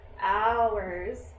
hours